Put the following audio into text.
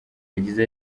yagize